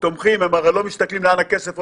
אז מתחילים להוציא בג"צים,